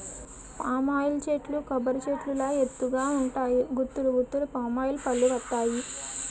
palm oil చెట్లు కొబ్బరి చెట్టు లాగా ఎత్తు గ ఉంటాయి గుత్తులు గుత్తులు పామాయిల్ పల్లువత్తాయి